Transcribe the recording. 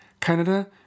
Canada